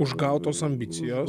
užgautos ambicijos